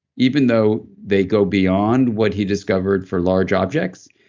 even though they go beyond what he discovered for large objects.